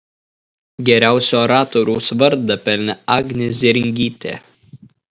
geriausio oratoriaus vardą pelnė agnė zėringytė